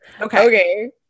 Okay